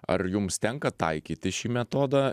ar jums tenka taikyti šį metodą